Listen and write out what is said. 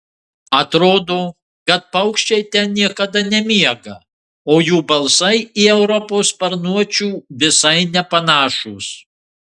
atrodo kad paukščiai ten niekada nemiega o jų balsai į europos sparnuočių visai nepanašūs